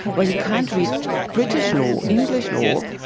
but you can't read british law, english law,